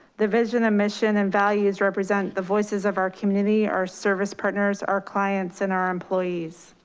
the vision and mission and values represent the voices of our community, our service partners, our clients, and our employees.